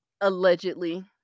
allegedly